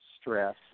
stress